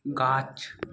गाछ